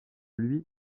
lui